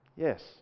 Yes